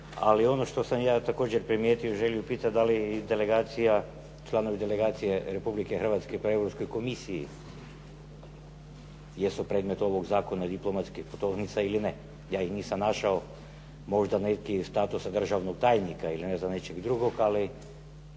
ali ono što sam ja također primijetio, želim pitati da li delegacija, članovi delegacije Republike Hrvatske pri Europskoj komisiji jesu predmet ovog Zakona diplomatske putovnice ili ne? Ja ih nisam našao. Možda neki statuse državnog tajnika ili ne znam, nečeg drugog, ali